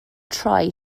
troi